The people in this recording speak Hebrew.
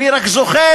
אני רק זוכר,